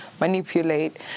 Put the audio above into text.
manipulate